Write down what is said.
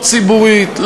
לא ציבורית,